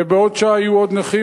ובעוד שעה יהיו עוד נכים,